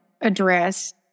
address